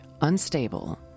unstable